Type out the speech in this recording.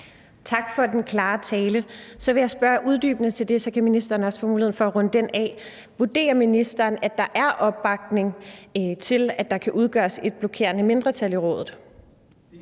Tak for den klare tale. Jeg vil så spørge uddybende til det, og så kan ministeren også få mulighed for at runde det af: Vurderer ministeren, at der er opbakning til, at der kan dannes et blokerende mindretal i Rådet?